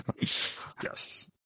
Yes